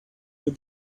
your